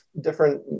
different